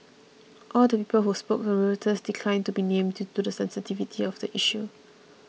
all the people who spoke to Reuters declined to be named due to the sensitivity of the issue